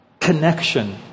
connection